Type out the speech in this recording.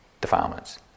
defilements